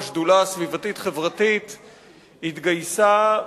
השדולה הסביבתית-חברתית התגייסה,